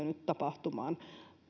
nyt tapahtumaan